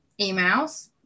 emails